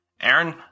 Aaron